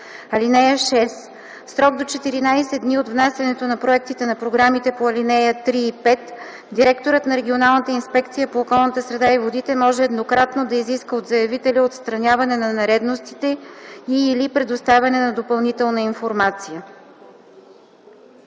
(6) В срок до 14 дни от внасянето на проектите на програмите по ал. 3 и 5 директорът на регионалната инспекция по околната среда и водите може еднократно да изиска от заявителя отстраняване на нередовности и/или предоставяне на допълнителна информация.